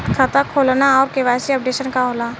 खाता खोलना और के.वाइ.सी अपडेशन का होला?